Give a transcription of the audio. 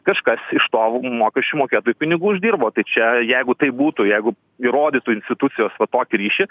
kažkas iš tol mokesčių mokėtojų pinigų uždirbo tai čia jeigu taip būtų jeigu įrodytų institucijos va tokį ryšį